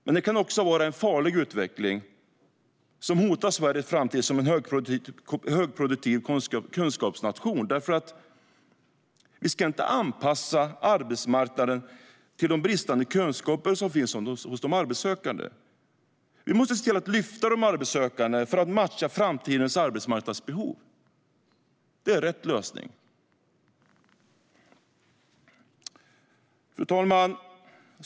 Men det kan också vara en farlig utveckling som hotar Sveriges framtid som en högproduktiv kunskapsnation, för vi ska inte anpassa arbetsmarknaden till de bristande kunskaper som finns hos de arbetssökande. Vi måste se till att lyfta de arbetssökande för att matcha framtidens arbetsmarknadsbehov. Det är rätt lösning. Fru talman!